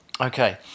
Okay